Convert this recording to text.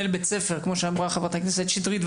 בית הספר כמו שאמרה חברת הכנסת שטרית,